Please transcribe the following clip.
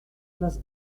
place